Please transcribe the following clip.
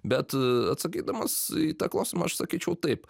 bet atsakydamas į tą klausimą aš sakyčiau taip